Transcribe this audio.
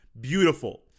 beautiful